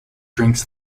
drinks